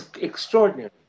extraordinary